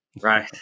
right